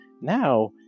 Now